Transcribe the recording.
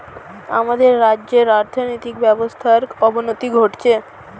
আমাদের রাজ্যের আর্থিক ব্যবস্থার অবনতি ঘটছে